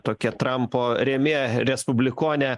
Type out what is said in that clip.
tokia trampo rėmėja respublikonė